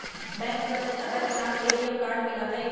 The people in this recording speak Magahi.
बैंक में बचत खाता के साथ ए.टी.एम कार्ड मिला हई